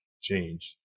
change